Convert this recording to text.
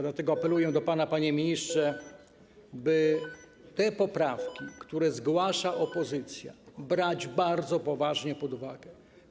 Dlatego apeluję do pana, panie ministrze, by te poprawki, które zgłasza opozycja, brać bardzo poważnie pod uwagę.